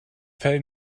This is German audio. fell